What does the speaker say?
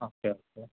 okay okay